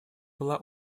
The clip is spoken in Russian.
была